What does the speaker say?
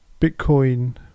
Bitcoin